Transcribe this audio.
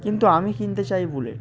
কিন্তু আমি কিনতে চাই বুলেট